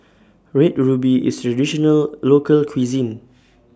Red Ruby IS Traditional Local Cuisine